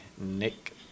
Nick